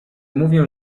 mówię